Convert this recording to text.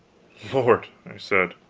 lord, i said,